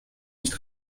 nicht